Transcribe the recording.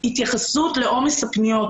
התייחסות לעומס הפניות.